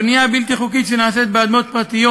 הבנייה הבלתי-חוקית שנעשית על אדמות פרטיות